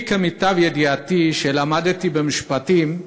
למיטב ידיעתי, כשלמדתי משפטים,